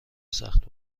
سخت